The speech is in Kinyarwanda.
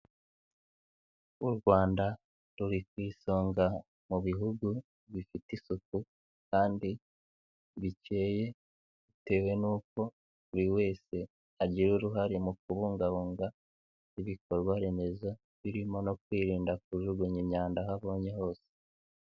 U Rwanda ruri ku isonga mu bihugu bifite isuku kandi bikeye bitewe nuko buri wese agira uruhare mu kubungabunga ibikorwaremezo birimo no kwirinda kujugunya imyanda aho abonye hose.